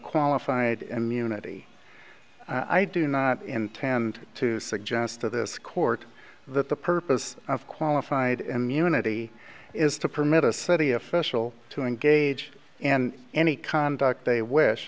qualified immunity i do not intend to suggest to this court that the purpose of qualified immunity is to permit a city official to engage in any conduct they wish